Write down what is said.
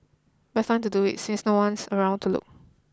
best time to do it since no one's around to look